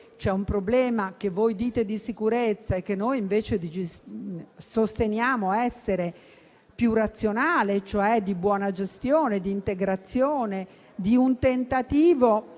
un problema che voi dite di sicurezza e che noi invece sosteniamo essere più razionale, cioè di buona gestione, di integrazione, che necessiterebbe